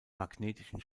magnetischen